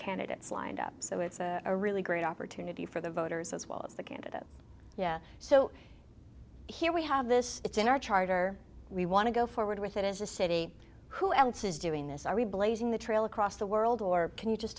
candidates lined up so it's a really great opportunity for the voters as well as the candidate yeah so here we have this it's in our charter we want to go forward with it as a city who else is doing this are we blazing the trail across the world or can you just